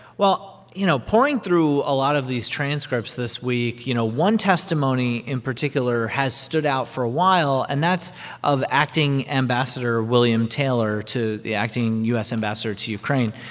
well, you know, poring through a lot of these transcripts this week, you know, one testimony in particular has stood out for a while, and that's of acting ambassador william taylor to the acting u s. ambassador to ukraine.